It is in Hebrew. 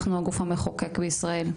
אנחנו הגוף המחוקק בישראל.